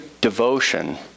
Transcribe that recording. devotion